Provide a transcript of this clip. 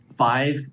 Five